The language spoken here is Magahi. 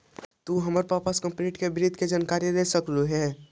तु हमर पापा से कॉर्पोरेट वित्त के जानकारी ले सकलहुं हे